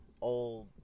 old